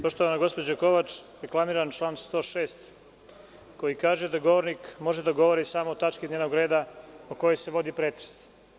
Poštovana gospođo Kovač, reklamiram član 106, koji kaže da govornik može da govori samo o tački dnevnog reda o kojoj se vodi pretres.